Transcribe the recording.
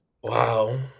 Wow